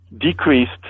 decreased